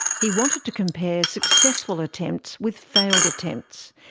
he wanted to compare successful attempts with failed attempts.